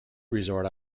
resort